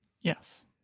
yes